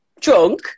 drunk